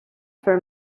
for